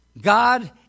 God